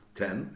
ten